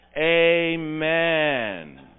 Amen